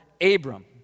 Abram